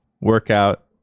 workout